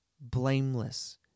blameless